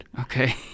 Okay